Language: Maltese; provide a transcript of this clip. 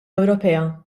ewropea